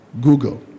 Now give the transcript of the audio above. Google